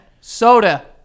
Soda